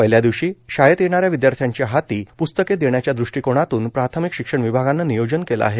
पहिल्या दिवशी शाळेत येणाऱ्या विद्यार्थ्यांच्या हाती प्स्तके देण्याच्या दृष्टीकोनातून प्राथमिक शिक्षण विभागाने नियोजन केले आहे